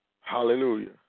hallelujah